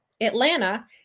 Atlanta